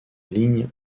lignes